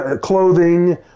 clothing